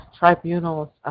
tribunals